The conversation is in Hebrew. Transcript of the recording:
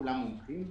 כולם מומחים.